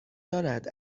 دارد